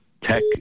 tech